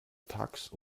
tags